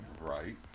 Right